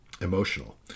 emotional